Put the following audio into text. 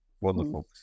Wonderful